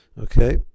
Okay